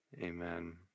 amen